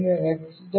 మేము X